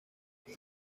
iyi